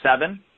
seven